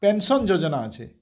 pension ଯୋଜନା ଅଛେ